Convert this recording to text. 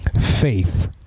Faith